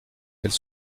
elles